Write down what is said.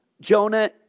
Jonah